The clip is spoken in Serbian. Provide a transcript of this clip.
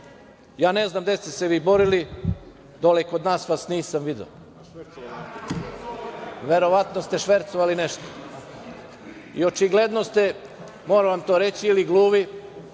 ne znam gde ste se vi borili, dole kod nas vas nisam video. Verovatno ste švercovali nešto i očigledno ste, moram vam to reći, ili gluvi